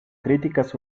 críticas